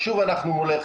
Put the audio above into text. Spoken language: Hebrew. שוב אנחנו מולכם,